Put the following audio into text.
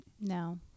no